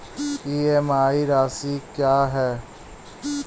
EMI राशि क्या है?